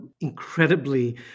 incredibly